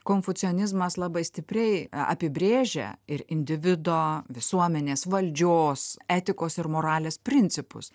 konfucionizmas labai stipriai apibrėžia ir individo visuomenės valdžios etikos ir moralės principus